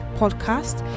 podcast